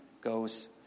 goes